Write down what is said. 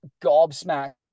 gobsmacked